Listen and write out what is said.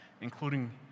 including